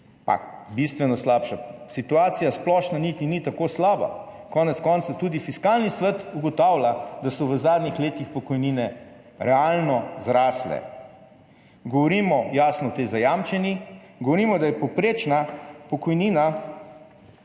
Pa splošna situacija niti ni tako slaba, konec koncev tudi Fiskalni svet ugotavlja, da so v zadnjih letih pokojnine realno zrastle. Govorimo, jasno, o tej zajamčeni, govorimo, da je povprečna pokojnina